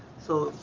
so,